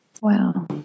wow